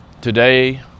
Today